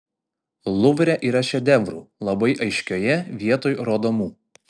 luvre yra šedevrų labai aiškioje vietoj rodomų